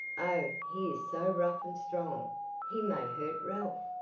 oh, he is so rough and strong he may hurt ralph,